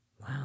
Wow